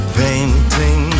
painting